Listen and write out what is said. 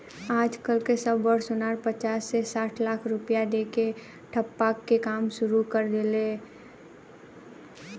आज कल के सब बड़ सोनार पचास से साठ लाख रुपया दे के ठप्पा के काम सुरू कर देले बाड़ सन